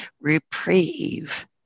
reprieve